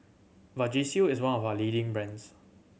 Vagisil is one of leading brands